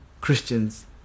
Christians